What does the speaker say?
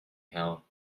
hell